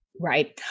Right